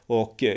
och